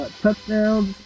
touchdowns